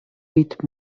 with